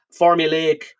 formulaic